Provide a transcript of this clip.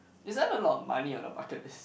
isn't a lot of money on a bucket list